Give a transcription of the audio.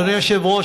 אדוני היושב-ראש,